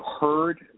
heard